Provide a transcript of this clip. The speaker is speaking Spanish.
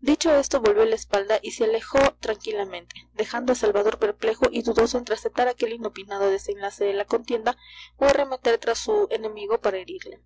dicho esto volvió la espalda y se alejó tranquilamente dejando a salvador perplejo y dudoso entre aceptar aquel inopinado desenlace de la contienda o arremeter tras su enemigo para herirle